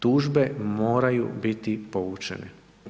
Tužbe moraju biti povučene.